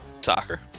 Soccer